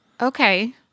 Okay